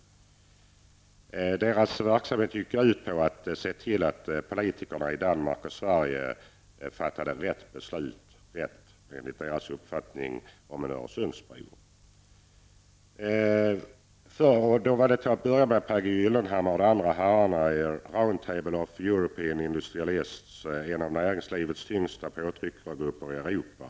Konsortiets verksamhet gick ut på att se till att politikerna i Danmark och Sverige fattade, enligt konsortiets uppfattning, rätt beslut om en Förut var Per G Gyllenhammar och de andra herrarna i Roundtable of European Industrialists en av näringslivets tyngsta påtryckargrupper i Europa.